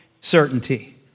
certainty